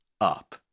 up